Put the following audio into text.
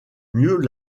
mieux